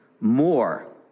more